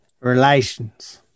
Relations